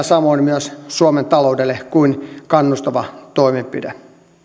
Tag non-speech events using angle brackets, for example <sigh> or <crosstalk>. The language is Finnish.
<unintelligible> samoin myös suomen taloudelle kuin kannustava toimenpide